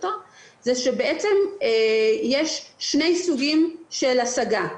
יש שני סוגים של השגה.